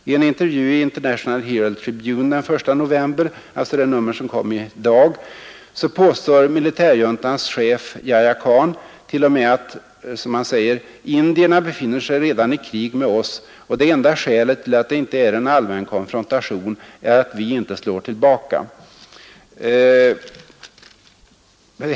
I en intervju i International Herald Tribune den 1 november — alltså det nummer som kom i dag — påstår militärjuntans chef Yahya Khan t.o.m. att ”indierna befinner sig redan i krig med oss, och det enda skälet till att det inte är en allmän konfrontation är att vi inte slår tillbaka”.